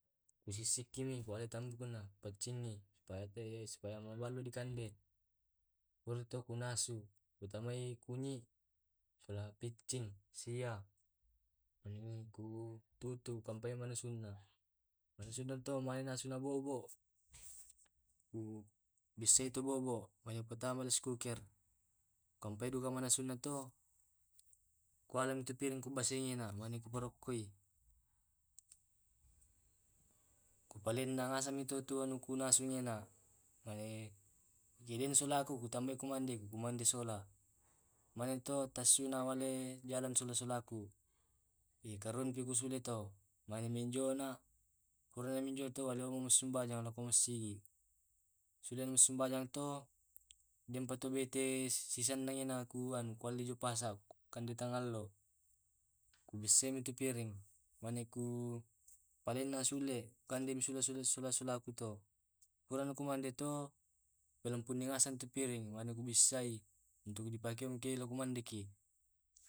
Kusisiki kualai tanduk na paccingi supaya mabalo di kande baru ku nassu tambahi micin sola kunyit sia ku kampai manassu na manassuna sama manasusna bobo bisse i bobo lalu ku patamai ricecooker kampai duka manassu nak u alla piring ku basei manne ku parokkoi ku palenna ngasaning anu ku nassu ngena kalo den sola k uku tambai kumande sola manne tassu walle jalan sola-solaku karun ku sule tu mane menjoa laku sembajang to masigi sudah masembayang to den tu bete yang kuali ku kande tengah allo ku bisei tu piring mane ku ngenak sule ku kande ke sola-solaku pra ma kumande toh kulumpiki ngaseng i piring bar uku bassei untuk di kello pake kumande